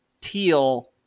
teal